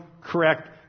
correct